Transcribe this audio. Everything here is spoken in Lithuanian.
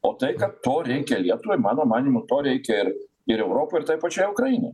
o tai kad to reikia lietuvai mano manymu to reikia ir ir europai ir tai pačiai ukrainai